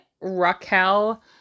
Raquel